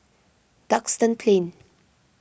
Duxton Plain